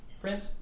print